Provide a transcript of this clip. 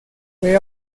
fue